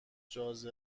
شون